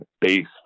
base